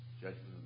judgment